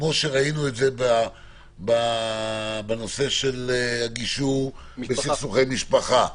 כפי שראינו בנושא של הגישור בסכסוכי משפחה,